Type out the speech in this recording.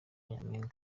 nyampinga